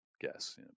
guess